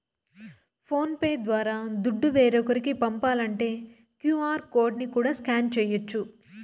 phone pay ద్వారా దుడ్డు వేరోకరికి పంపాలంటే క్యూ.ఆర్ కోడ్ ని కూడా స్కాన్ చేయచ్చు